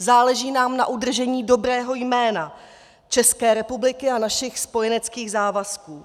Záleží nám na udržení dobrého jména České republiky a našich spojeneckých závazků.